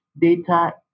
data